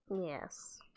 Yes